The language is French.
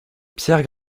pierre